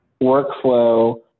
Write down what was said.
workflow